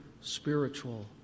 spiritual